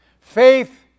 Faith